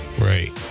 Right